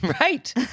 Right